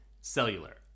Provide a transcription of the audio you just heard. cellular